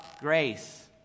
grace